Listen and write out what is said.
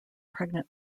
pregnant